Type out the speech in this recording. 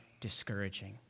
discouraging